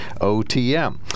OTM